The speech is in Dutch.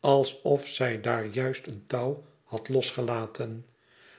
alsof zij daar juist een touw had losgelaten